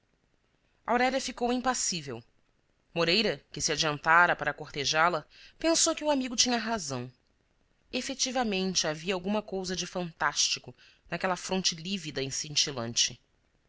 aurélia ficou impassível moreira que se adiantara para cortejá la pensou que o amigo tinha razão efetivamente havia alguma cousa de fantástico naquela fronte lívida e cintilante